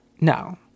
no